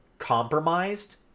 compromised